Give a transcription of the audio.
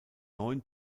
neun